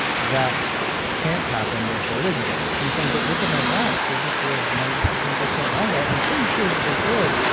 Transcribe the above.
that can't happen, therefore it isn't. and you're saying, but look at my rats. they just lived ninety something percent longer. i'm pretty sure that they did,